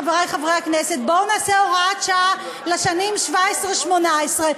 חברי חברי הכנסת: בואו נעשה הוראת שעה לשנים 17' 18',